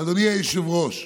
אדוני היושב-ראש,